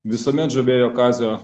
visuomet žavėjo kazio